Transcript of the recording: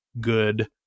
good